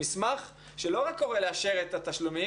מסמך שלא רק קורא לאשר את התשלומים,